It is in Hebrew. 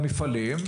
למפעלים,